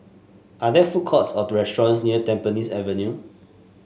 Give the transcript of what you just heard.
are there food courts or restaurants near Tampines Avenue